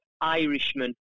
Irishman